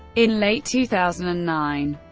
in late two thousand and nine,